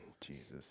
Jesus